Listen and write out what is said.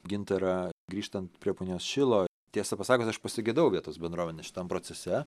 gintarą grįžtant prie punios šilo tiesą pasakius aš pasigedau vietos bendruomenės šitam procese